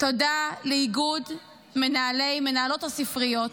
תודה לאיגוד מנהלי ומנהלות הספריות,